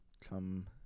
come